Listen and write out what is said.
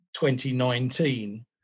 2019